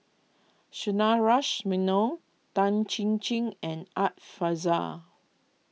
Sundaresh Menon Tan Chin Chin and Art Fazil